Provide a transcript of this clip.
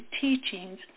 teachings